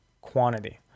quantity